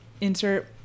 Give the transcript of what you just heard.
insert